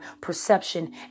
perception